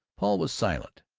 paul was silent.